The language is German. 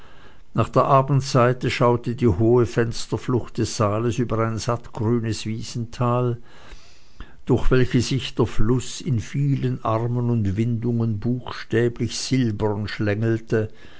nach der abendseite schaute die hohe lange fensterflucht des saales über ein sattgrünes wiesental durch welches sich der fluß in vielen armen und windungen buchstäblich silbern schlängelte